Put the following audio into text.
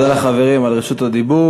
תודה לחברים על רשות הדיבור.